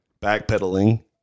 backpedaling